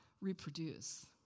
reproduce